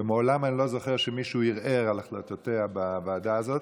ומעולם אני לא זוכר שמישהו ערער על החלטותיה בוועדה הזאת,